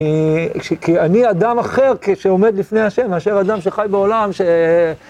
כי אני אדם אחר כשעומד לפני השם, מאשר אדם שחי בעולם.